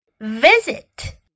visit